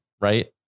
right